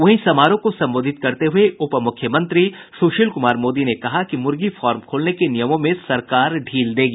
वहीं समारोह को संबोधित करते हुये उपमुख्यमंत्री सुशील कुमार मोदी ने कहा कि मुर्गी फॉर्म खोलने के नियमों में सरकार ढील देगी